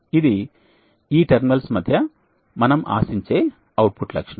ఇది ఈ టెర్మినల్స్ మధ్య మనం ఆశించే అవుట్పుట్ లక్షణం